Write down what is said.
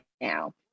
now